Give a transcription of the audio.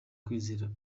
kwizera